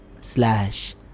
slash